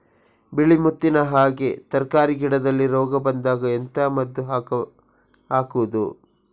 ಬಿಳಿ ಮುತ್ತಿನ ಹಾಗೆ ತರ್ಕಾರಿ ಗಿಡದಲ್ಲಿ ರೋಗ ಬಂದಾಗ ಎಂತ ಮದ್ದು ಹಾಕುವುದು?